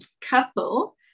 couple